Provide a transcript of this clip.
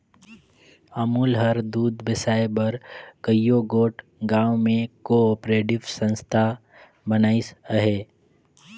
अमूल हर दूद बेसाए बर कइयो गोट गाँव में को आपरेटिव संस्था बनाइस अहे